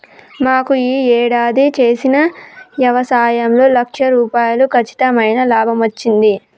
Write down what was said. మాకు యీ యేడాది చేసిన యవసాయంలో లక్ష రూపాయలు కచ్చితమైన లాభమచ్చింది